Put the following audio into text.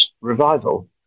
revival